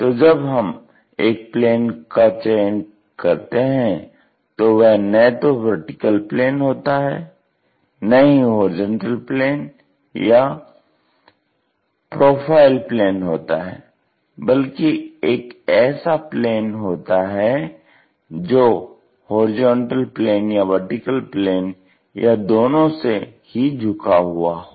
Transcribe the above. तो जब हम एक प्लेन का चयन करते है तो वह न तो वर्टीकल प्लेन होता है न ही हॉरिजॉन्टल प्लेन या प्रोफाइल प्लेन होता है बल्कि एक ऐसा प्लेन होता है जो हॉरिजॉन्टल प्लेन या वर्टीकल प्लेन या दोनों से ही झुका हुआ हो